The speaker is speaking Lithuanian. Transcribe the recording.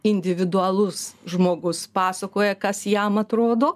individualus žmogus pasakoja kas jam atrodo